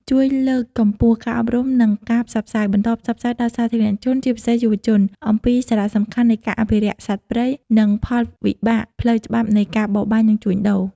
ជួយលើកកម្ពស់ការអប់រំ និងការផ្សព្វផ្សាយ បន្តផ្សព្វផ្សាយដល់សាធារណជន ជាពិសេសយុវជន អំពីសារៈសំខាន់នៃការអភិរក្សសត្វព្រៃ និងផលវិបាកផ្លូវច្បាប់នៃការបរបាញ់ និងជួញដូរ។